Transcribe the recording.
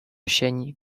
sieni